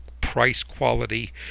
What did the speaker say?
price-quality